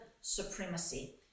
supremacy